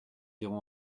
irons